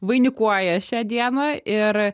vainikuoja šią dieną ir